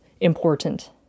important